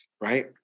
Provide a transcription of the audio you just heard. right